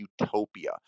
utopia